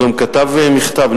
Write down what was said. הוא גם כתב מכתב,